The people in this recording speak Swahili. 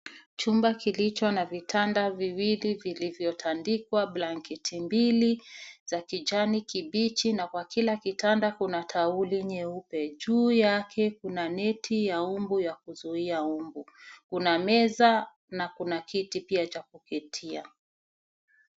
Chumba kilicho na vitanda viwili vilivyotandikwa blanketi mbili za kijani kibichi na kwa kila kitanda kuna tauli nyeupe. Juu yake kuna neti ya mbu ya kuzuia mbu. Kuna meza na kuna kiti pia cha kuketia.